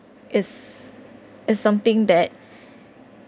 is is something that